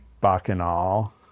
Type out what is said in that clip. Bacchanal